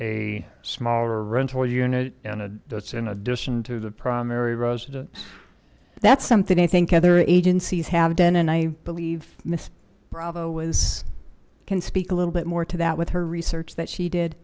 a smaller rental unit and a that's in addition to the primary residence that's something i think other agencies have done and i believe miss bravo was can speak a little bit more to that with her research that she did